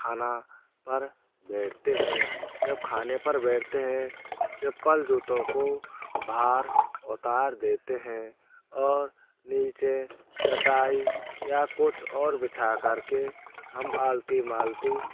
खाना पर बैठते हैं जब खाने पर बैठते हैं चप्पल जूतों को बाहर उतार देते है और नीचे चटाई या कुछ और बिछा कर के हम आलथी मालथी